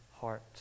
heart